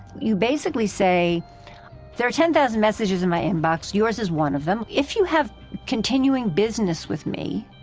you basically say there are ten thousand messages in my inbox yours is one of them. if you have continuing business with me,